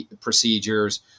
procedures